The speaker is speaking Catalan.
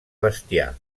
bestiar